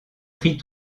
pris